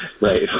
Right